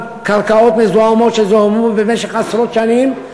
קרקעות מזוהמות שזוהמו במשך עשרות שנים,